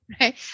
Right